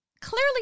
clearly